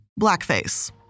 blackface